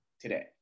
today